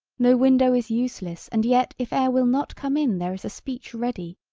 no window is useless and yet if air will not come in there is a speech ready,